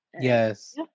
Yes